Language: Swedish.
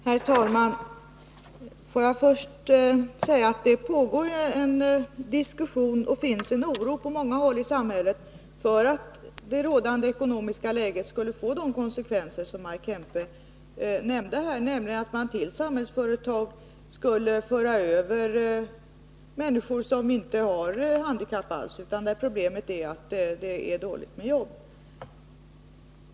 Herr talman! Får jag först säga att det pågår en diskussion, och det finns en oro på många håll i samhället för att det rådande ekonomiska läget skall få de konsekvenser som Maj Kempe nämde, nämligen att man till Samhällsföretag för över människor som inte har handikapp, när problemet är att det är ont om jobb.